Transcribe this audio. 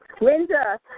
Linda